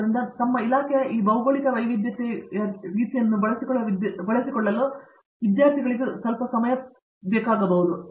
ಆದ್ದರಿಂದ ತಮ್ಮ ಇಲಾಖೆಯ ಈ ಭೌಗೋಳಿಕ ವೈವಿಧ್ಯತೆಗೆ ರೀತಿಯನ್ನು ಬಳಸಿಕೊಳ್ಳುವ ವಿದ್ಯಾರ್ಥಿಗಳಿಗೆ ಸ್ವಲ್ಪ ಸಮಯ ತೆಗೆದುಕೊಳ್ಳುತ್ತದೆ